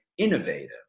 innovative